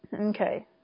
Okay